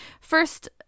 First-